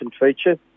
feature